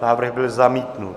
Návrh byl zamítnut.